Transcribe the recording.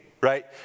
Right